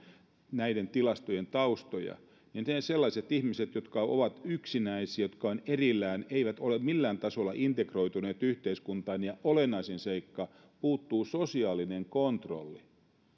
näiden tilastojen taustoja että sellaiset ihmiset jotka ovat yksinäisiä jotka ovat erillään eivät ole millään tasolla integroituneet yhteiskuntaan ja olennaisin seikka puuttuu sosiaalinen kontrolli